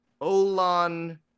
Olan